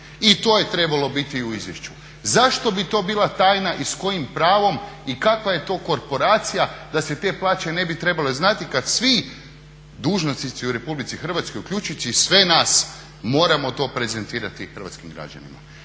I to je trebalo biti u izvješću. Zašto bi to bila tajna i s kojim pravom i kakva je to korporacija da se te plaće ne bi trebale znati kad svi dužnosnici u Republici Hrvatskoj, uključujući sve nas, moramo to prezentirati hrvatskim građanima.